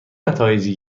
نتایجی